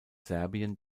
serbien